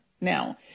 now